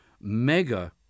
mega